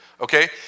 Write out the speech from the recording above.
Okay